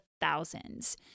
thousands